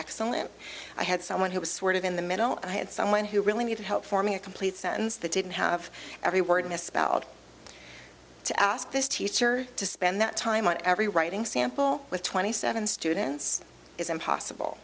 excellent i had someone who was sort of in the middle and had someone who really needed help forming a complete sentence that didn't have every word misspelled to ask this teacher to spend that time on every writing sample with twenty seven it's impossible